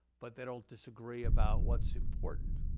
but they don't disagree about what's important,